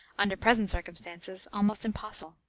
under present circumstances, almost impossible.